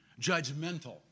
judgmental